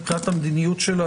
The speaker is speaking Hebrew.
מבחינת המדיניות שלה,